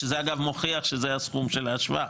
שזה אגב מוכיח שזה הסכום של ההשוואה,